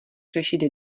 řešit